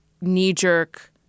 knee-jerk